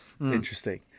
Interesting